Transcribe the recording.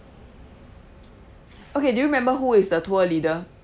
okay do you remember who is the tour leader